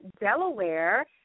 Delaware